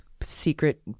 secret